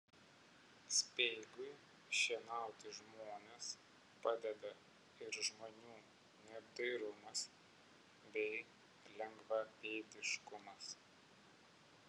speigui šienauti žmones padeda ir žmonių neapdairumas bei lengvapėdiškumas